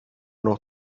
noch